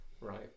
right